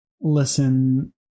listen